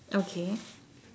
okay